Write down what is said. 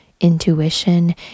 intuition